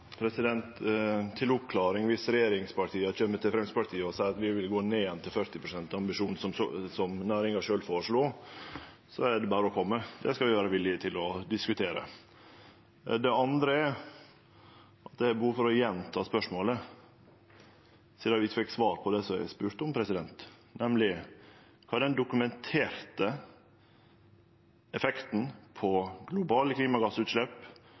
Til oppklaring: Dersom regjeringspartia kjem til Framstegspartiet og seier at vi vil gå ned til 40 pst. som ambisjon, som næringa sjølv føreslo, er det berre å kome. Det skal vi vere villige til å diskutere. Det er behov for å gjenta spørsmålet, sidan eg ikkje fekk svar på det eg spurde om, nemleg: Kva er den dokumenterte effekten i globale klimagassutslepp